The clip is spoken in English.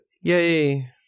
Yay